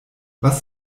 was